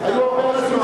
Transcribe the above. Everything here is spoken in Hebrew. לא רק מה שנוח.